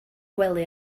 gwely